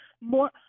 more